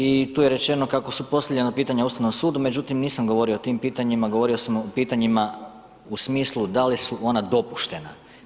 I tu je rečeno kako su postavljana pitanja Ustavnom sudu, međutim nisam govorio o tim pitanjima, govorio sam o pitanjima u smislu da li su ona dopuštena.